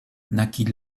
naquit